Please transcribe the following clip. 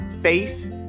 face